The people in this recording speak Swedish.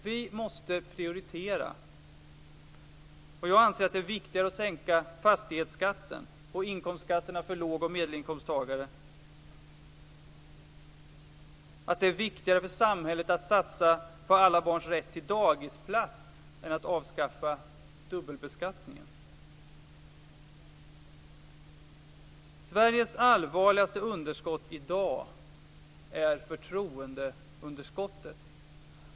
Vi måste prioritera. Jag anser att det är viktigare att sänka fastighetsskatten och inkomstskatterna för låg och medelinkomsttagare, att det är viktigare för samhället att satsa på alla barns rätt till dagisplats än att avskaffa dubbelbeskattningen. Sveriges allvarligaste underskott i dag är förtroendeunderskottet.